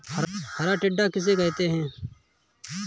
हरा टिड्डा किसे कहते हैं?